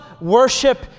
worship